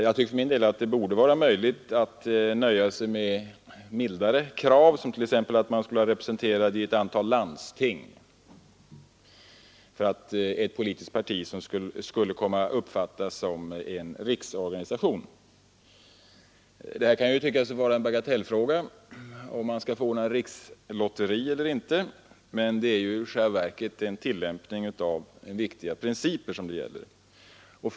Jag tycker för min del att det borde vara möjligt att nöja sig med mildare krav, t.ex. att ett politiskt parti måste vara representerat i ett antal landsting för att det skulle uppfattas som en riksorganisation. Det kan tyckas vara en bagatellfråga, om man skall få ordna rikslotteri eller inte, men det är i själva verket en tillämpning av viktiga principer som det gäller.